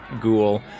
ghoul